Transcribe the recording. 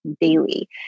daily